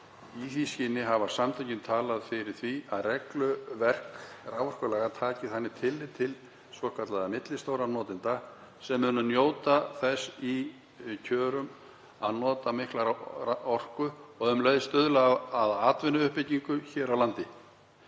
Í því skyni hafa samtökin talað fyrir því að regluverk raforkumála taki þannig tillit til svokallaðra millistórra notenda sem muni njóta þess í kjörum að nota mikla orku og um leið stuðla að atvinnuuppbyggingu hér á landi.